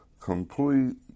complete